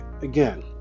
Again